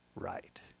Right